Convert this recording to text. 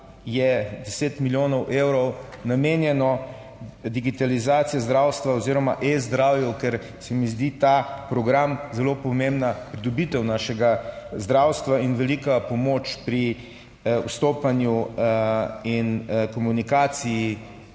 deset milijonov evrov namenjeno digitalizaciji zdravstva oziroma e-zdravju, ker se mi zdi ta program zelo pomembna pridobitev našega zdravstva in velika pomoč pri vstopanju in komunikaciji